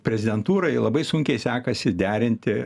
prezidentūrai labai sunkiai sekasi derinti